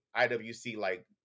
IWC-like